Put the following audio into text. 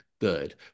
good